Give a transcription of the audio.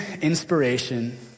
inspiration